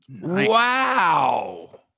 Wow